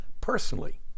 Personally